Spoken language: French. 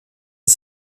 est